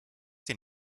dir